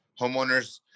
Homeowners